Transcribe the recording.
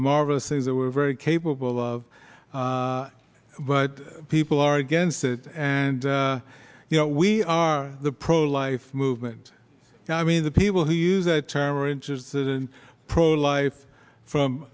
marvelously that we're very capable of but people are against it and you know we are the pro life movement i mean the people who use that term are interested in pro life from